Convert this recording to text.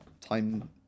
time